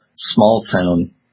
small-town